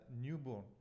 newborn